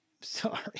Sorry